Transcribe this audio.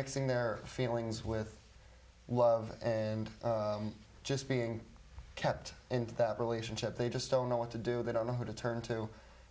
mixing their feelings with love and just being kept in that relationship they just don't know what to do they don't know who to turn to